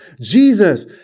Jesus